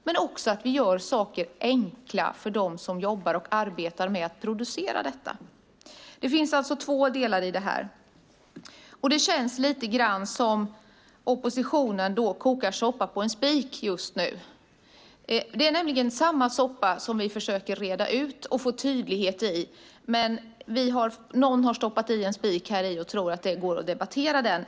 Det är också viktigt att vi gör det enkelt för dem som jobbar med att producera detta. Det finns alltså två delar i det här. Det känns som om oppositionen kokar soppa på en spik just nu. Det är nämligen samma soppa som vi försöker att reda ut och få tydlighet i, men någon har stoppat i en spik och tror att det går att debattera den.